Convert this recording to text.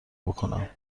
بکنم